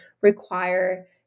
require